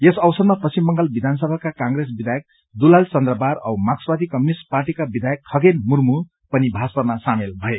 यस अवसरमा पश्चिम बंगाल विधानसभाका कंग्रेस विधायक दुलाल चन्द्र बार औ मार्क्सवादी कम्युनिष्ट पार्टीका विधायक खगेन मुर्मु पनि भाजपामा सामेल भए